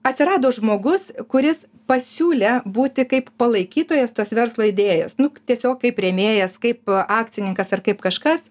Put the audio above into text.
atsirado žmogus kuris pasiūlė būti kaip palaikytojas tos verslo idėjos nu tiesiog kaip rėmėjas kaip akcininkas ar kaip kažkas